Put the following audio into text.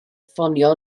ffonio